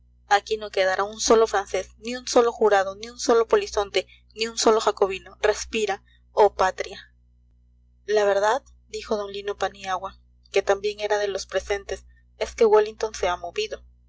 aquí no quedará un solo francés ni un solo jurado ni un solo polizonte ni un solo jacobino respira oh patria la verdad dijo d lino paniagua que también era de los presentes es que wellington se ha movido